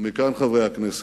ומכאן, חברי הכנסת,